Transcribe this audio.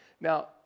Now